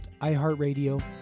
iHeartRadio